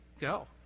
go